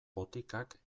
botikak